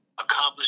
accomplish